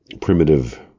primitive